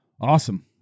awesome